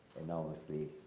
enormously